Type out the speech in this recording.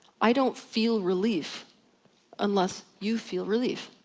i don't feel relief unless you feel relief.